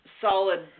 solid